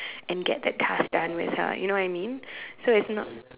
and get that task done with her you know what I mean so it's not